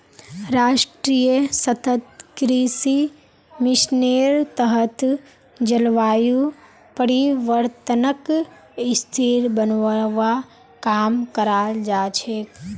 राष्ट्रीय सतत कृषि मिशनेर तहत जलवायु परिवर्तनक स्थिर बनव्वा काम कराल जा छेक